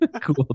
Cool